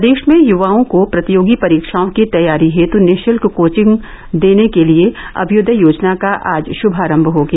प्रदेश में युवाओं को प्रतियोगी परीक्षाओं की तैयारी हेतु निःशुल्क कोचिंग देने के लिए अम्युदय योजना का आज शुभारंभ हो गया